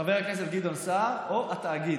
חבר הכנסת גדעון סער או התאגיד?